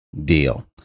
deal